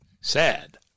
Sad